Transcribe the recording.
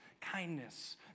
kindness